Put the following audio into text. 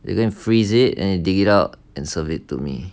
they go and freeze it and dig it out and serve it to me